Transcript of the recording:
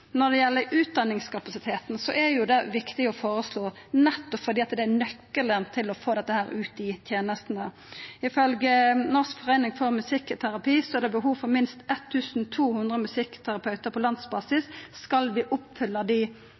Når det gjeld utdanningskapasiteten, er det viktig å føreslå nettopp fordi det er nøkkelen til å få dette ut i tenestene. Ifølgje Norsk forening for musikkterapi er det behov for minst 1 200 musikkterapeutar på landsbasis om vi skal oppfylla dei